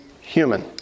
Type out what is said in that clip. human